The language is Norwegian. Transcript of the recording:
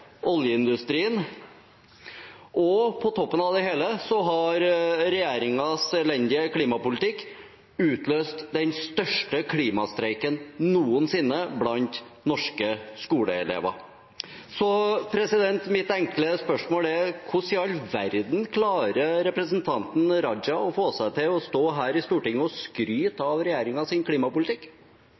oljeindustrien, og på toppen av det hele har regjeringens elendige klimapolitikk utløst den største klimastreiken noensinne blant norske skoleelever. Så mitt enkle spørsmål er: Hvordan i all verden klarer representanten Raja å få seg til å stå her i Stortinget og skryte av regjeringens klimapolitikk?